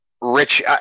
rich